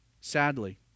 Sadly